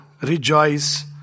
Rejoice